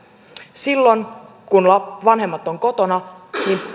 silloin kun vanhemmat ovat kotona